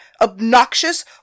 obnoxious